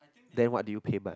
then what do you pay by